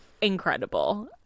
incredible